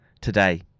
today